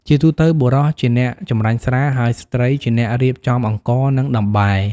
ជាទូទៅបុរសជាអ្នកចម្រាញ់ស្រា ហើយស្ត្រីជាអ្នករៀបចំអង្ករ និងដំបែ។